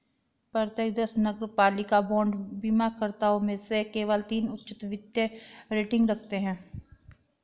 प्रत्येक दस नगरपालिका बांड बीमाकर्ताओं में से केवल तीन उच्चतर वित्तीय रेटिंग रखते हैं